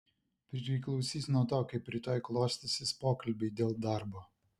priklausys nuo to kaip rytoj klostysis pokalbiai dėl darbo